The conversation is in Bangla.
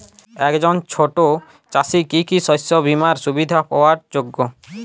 একজন ছোট চাষি কি কি শস্য বিমার সুবিধা পাওয়ার যোগ্য?